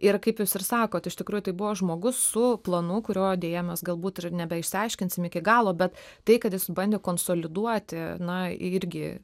ir kaip jūs ir sakot iš tikrųjų tai buvo žmogus su planu kurio deja mes galbūt ir nebeišsiaiškinsim iki galo bet tai kad jis bandė konsoliduoti na irgi